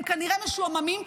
הם כנראה משועממים.